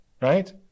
right